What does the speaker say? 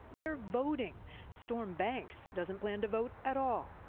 they're voting storm banks doesn't plan to vote at all.